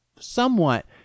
somewhat